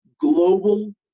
global